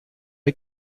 hay